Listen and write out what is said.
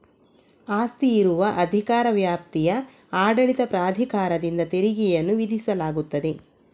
ಆಸ್ತಿ ಇರುವ ಅಧಿಕಾರ ವ್ಯಾಪ್ತಿಯ ಆಡಳಿತ ಪ್ರಾಧಿಕಾರದಿಂದ ತೆರಿಗೆಯನ್ನು ವಿಧಿಸಲಾಗುತ್ತದೆ